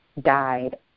died